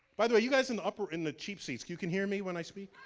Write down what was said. by the way, you guys in the upper, in the cheap seats, you can hear me when i speak?